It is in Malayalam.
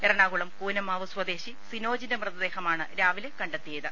എറണാകുളം കൂന മ്മാവ് സ്വദേശി സിനോജിന്റെ മൃതദേഹമാണ് രാവിലെ കണ്ടെത്തിയത്